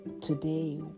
today